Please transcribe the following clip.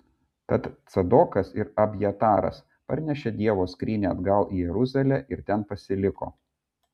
tad cadokas ir abjataras parnešė dievo skrynią atgal į jeruzalę ir ten pasiliko